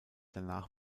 danach